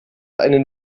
einen